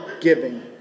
giving